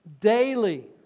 daily